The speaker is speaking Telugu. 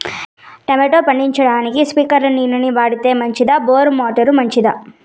టమోటా పండించేకి స్ప్రింక్లర్లు నీళ్ళ ని వాడితే మంచిదా బోరు మోటారు మంచిదా?